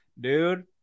dude